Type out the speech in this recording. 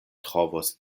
trovos